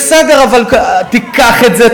בסדר, אבל תיקח את זה.